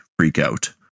freakout